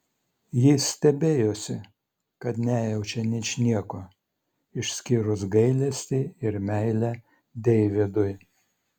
jis stebėjosi kad nejaučia ničnieko išskyrus gailestį ir meilę deividui